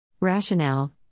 Rationale